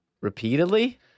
repeatedly